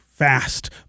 fast